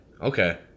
Okay